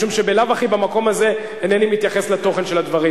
משום שבלאו-הכי במקום הזה אינני מתייחס לתוכן של הדברים.